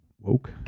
woke